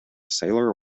sailor